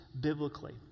biblically